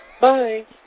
Bye